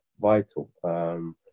vital